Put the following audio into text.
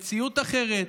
מציאות אחרת,